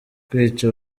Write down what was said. kwica